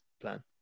plan